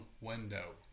window